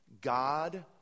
God